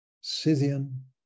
scythian